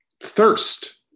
thirst